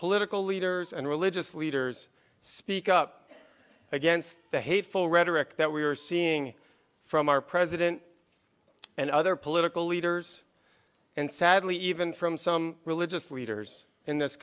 political leaders and religious leaders speak up against the hateful rhetoric that we are seeing from our president and other political leaders and sadly even from some religious leaders in this